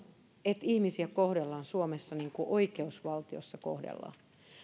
että ihmisiä kohdellaan suomessa niin kuin oikeusvaltiossa kohdellaan